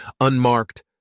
unmarked